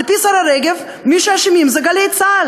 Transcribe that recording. על-פי השרה רגב, מי שאשמים זה "גלי צה"ל".